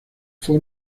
fue